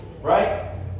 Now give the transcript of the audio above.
right